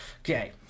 Okay